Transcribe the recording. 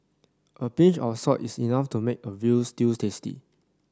a pinch of salt is enough to make a veal stew tasty